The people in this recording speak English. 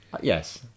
yes